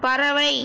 பறவை